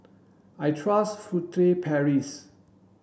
I trust Furtere Paris